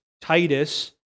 Titus